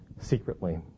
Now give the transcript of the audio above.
secretly